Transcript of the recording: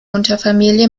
unterfamilie